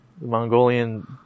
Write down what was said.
Mongolian